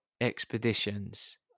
expeditions